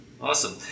Awesome